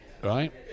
Right